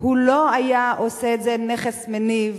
הוא לא היה עושה את זה נכס מניב,